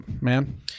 man